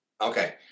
Okay